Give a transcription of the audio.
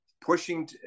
pushing